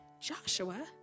Joshua